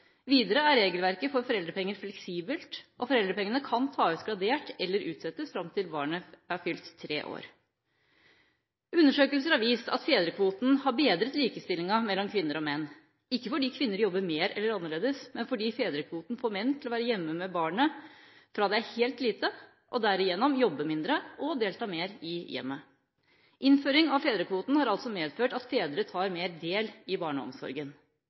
Videre er regelverket for foreldrepenger fleksibelt, og foreldrepengene kan tas ut gradert eller utsettes fram til barnet har fylt tre år. Undersøkelser har vist at fedrekvoten har bedret likestillinga mellom kvinner og menn – ikke fordi kvinner jobber mer eller annerledes, men fordi fedrekvoten får menn til å være hjemme med barnet fra det er helt lite, og derigjennom jobbe mindre og delta mer i hjemmet. Innføring av fedrekvoten har altså medført at fedre tar mer del i barneomsorgen